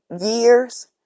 years